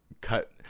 cut –